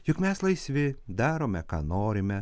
juk mes laisvi darome ką norime